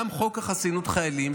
גם חוק חסינות חיילים,